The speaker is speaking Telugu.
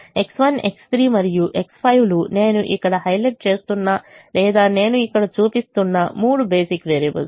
X1 X3 మరియు X5 లు నేను ఇక్కడ హైలైట్ చేస్తున్న లేదా నేను ఇక్కడ చూపిస్తున్న 3 బేసిక్ వేరియబుల్స్